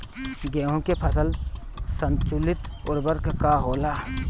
गेहूं के फसल संतुलित उर्वरक का होला?